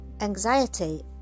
Anxiety